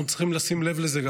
אנחנו צריכים לשים לב גם לזה.